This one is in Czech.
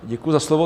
Děkuji za slovo.